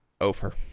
Ofer